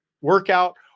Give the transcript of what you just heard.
workout